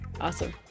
awesome